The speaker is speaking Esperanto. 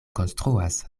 konstruas